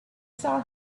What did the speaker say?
saw